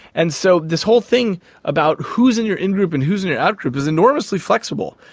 and so this whole thing about who is in your in-group and who is in your out-group is enormously flexible,